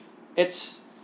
it's